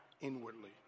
inwardly